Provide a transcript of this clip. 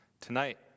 Tonight